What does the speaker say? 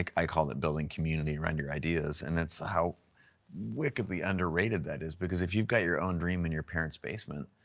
like i call it building community around our ideas and that's how wickedly underrated that is because if you've got your own dream in your parent's basement,